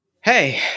Hey